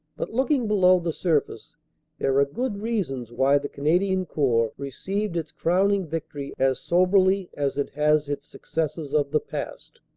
but looking below the surface there are good reasons why the canadian corps received its crowning victory as soberly as it has its successes of the past.